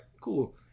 cool